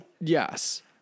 Yes